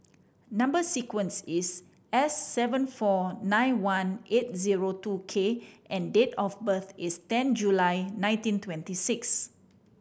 number sequence is S seven four nine one eight zero two K and date of birth is ten July nineteen twenty six